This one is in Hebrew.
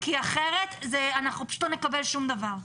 כי אחרת אנחנו פשוט לא נקבל שום דבר,